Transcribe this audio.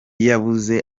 yabuze